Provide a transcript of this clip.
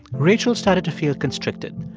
rachel started to feel constricted.